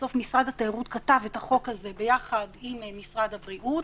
בסוף משרד התיירות כתב את החוק הזה ביחד עם משרד הבריאות,